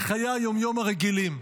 לחיי היום-יום הרגילים,